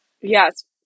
yes